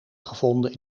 gevonden